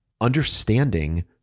understanding